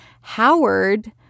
Howard